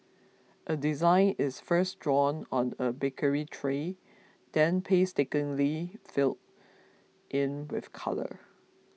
a design is first drawn on a baking tray then painstakingly filled in with colour